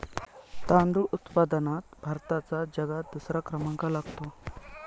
तांदूळ उत्पादनात भारताचा जगात दुसरा क्रमांक लागतो